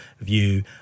view